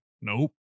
Nope